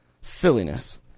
Silliness